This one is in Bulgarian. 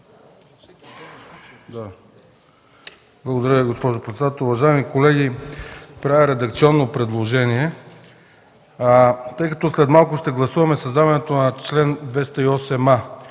Благодаря, госпожо председател. Уважаеми колеги, правя редакционно предложение. След малко ще гласуваме създаването на чл. 208а,